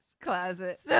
closet